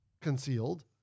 concealed